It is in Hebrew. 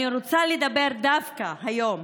אני רוצה לדבר דווקא היום